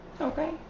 Okay